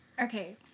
Okay